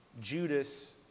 Judas